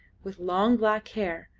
with long black hair,